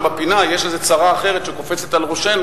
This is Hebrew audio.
בפינה יש איזו צרה אחרת שקופצת על ראשנו,